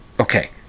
okay